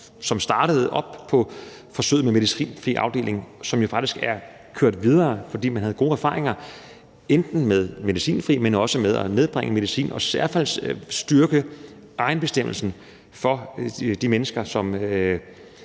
man startede forsøget med medicinfrie afdelinger op, og som faktisk er kørt videre, fordi man havde gode erfaringer, enten med det medicinfri, men også med at nedbringe medicinen og i hvert fald styrke egenbestemmelsen for de mennesker, som